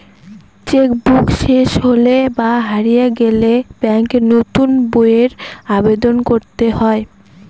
check book শেষ হলে বা হারিয়ে গেলে ব্যাঙ্কে নতুন বইয়ের আবেদন করতে হয়